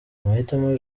amahitamo